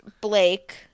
Blake